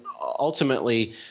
ultimately